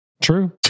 True